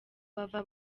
bava